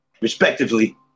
Respectively